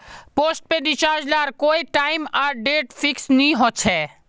postpaid recharge लार कोए time आर डेट फिक्स नि होछे